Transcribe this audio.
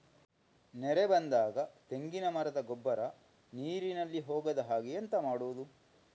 ನೆರೆ ಬಂದಾಗ ತೆಂಗಿನ ಮರದ ಗೊಬ್ಬರ ನೀರಿನಲ್ಲಿ ಹೋಗದ ಹಾಗೆ ಎಂತ ಮಾಡೋದು?